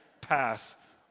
pass